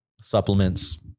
supplements